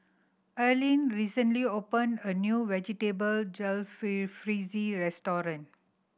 Arlen recently opened a new Vegetable Jalfrezi Restaurant